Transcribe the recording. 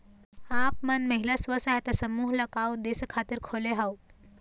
आप मन महिला स्व सहायता समूह ल का उद्देश्य खातिर खोले हँव?